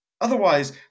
Otherwise